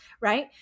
right